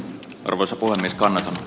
arvoisa pomon niskan